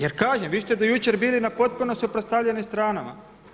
Jer kažem, vi ste do jučer bili na potpuno suprotstavljenim stranama.